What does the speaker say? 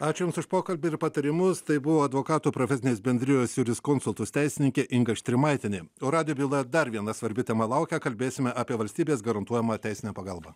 ačiū jums už pokalbį ir patarimus tai buvo advokatų profesinės bendrijos juriskonsultus teisininkė inga štrimaitienė o radvila dar viena svarbi tema laukia kalbėsime apie valstybės garantuojamą teisinę pagalbą